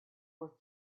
were